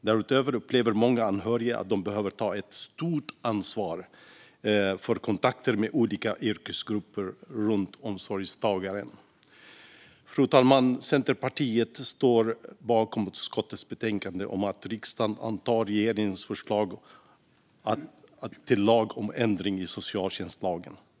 Därutöver upplever många anhöriga att de behöver ta ett stort ansvar för kontakter med olika yrkesgrupper runt omsorgstagaren. Fru talman! Centerpartiet står bakom utskottets förslag i betänkandet om att riksdagen ska anta regeringens förslag till lag om ändring i socialtjänstlagen.